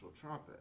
trumpet